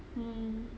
mm